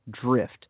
drift